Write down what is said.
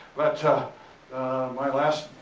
but my last,